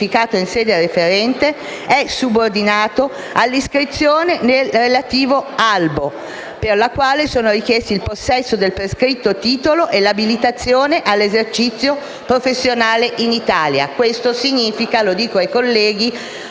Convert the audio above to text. sede referente - è subordinato all'iscrizione nel relativo albo, per la quale sono richiesti il possesso del prescritto titolo e l'abilitazione all'esercizio professionale in Italia. Questo significa - lo dico ai colleghi